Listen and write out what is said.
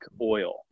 oil